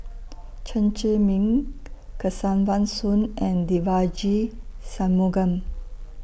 Chen Zhiming Kesavan Soon and Devagi Sanmugam